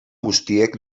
guztiek